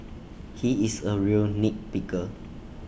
he is A real nit picker